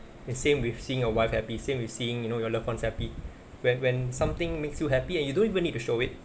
and same with seeing a wife happy same with seeing you know your loved ones happy when when something makes you happy and you don't even need to show it